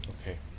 Okay